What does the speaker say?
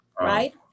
right